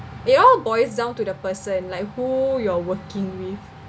it all boils down to the person like who you're working with